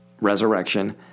Resurrection